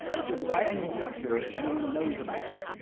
which is why i need to make sure everyone knows about it.